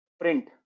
print